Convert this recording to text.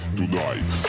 tonight